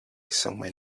somewhere